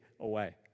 away